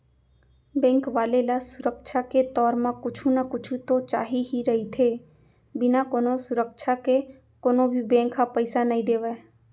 bank वाले ल सुरक्छा के तौर म कुछु न कुछु तो चाही ही रहिथे, बिना कोनो सुरक्छा के कोनो भी बेंक ह पइसा नइ देवय